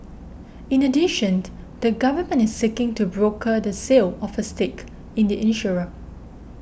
in addition the government is seeking to broker the sale of a stake in the insurer